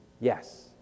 Yes